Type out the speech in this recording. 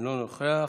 אינו נוכח.